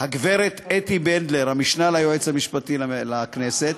הגברת אתי בנדלר, המשנה ליועץ המשפטי לכנסת,